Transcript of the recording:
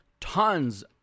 tons